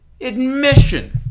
admission